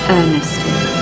earnestly